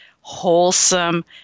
wholesome